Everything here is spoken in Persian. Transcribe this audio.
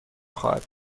خواهد